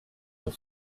the